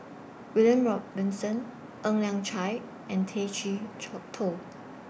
William Robinson Ng Liang Chiang and Tay Chee Toh